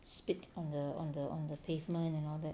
spit on the on the on the pavement and all that